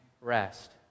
rest